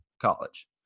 college